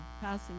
passing